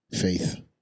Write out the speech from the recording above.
Faith